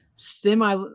semi